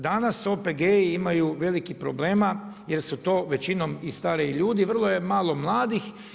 Dana OPG imaju velikih problema, jer su to većinom i stariji ljudi, vrlo je malo mladih.